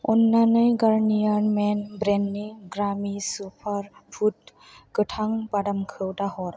अन्नानै गारनियार मेन ब्रेन्डनि ग्रामि सुपारफुद गोथां बादामखौ दाहर